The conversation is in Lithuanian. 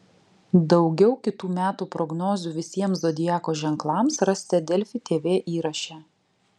daugiau kitų metų prognozių visiems zodiako ženklams rasite delfi tv įraše